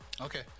Okay